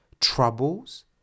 troubles